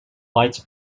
white